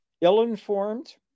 ill-informed